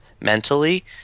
mentally